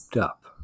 up